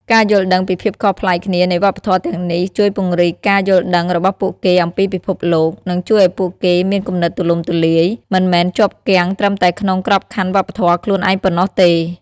ការយល់ដឹងពីភាពខុសប្លែកគ្នានៃវប្បធម៌ទាំងនេះ ជួយពង្រីកការយល់ដឹងរបស់ពួកគេអំពីពិភពលោក និងជួយឱ្យពួកគេមានគំនិតទូលំទូលាយ មិនមែនជាប់គាំងត្រឹមតែក្នុងក្របខ័ណ្ឌវប្បធម៌ខ្លួនឯងប៉ុណ្ណោះទេ។